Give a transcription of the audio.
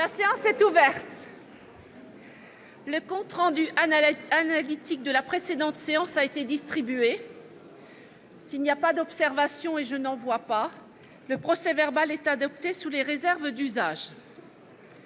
La séance est ouverte. Le compte rendu analytique de la précédente séance a été distribué. Il n'y a pas d'observation ?... Le procès-verbal est adopté sous les réserves d'usage.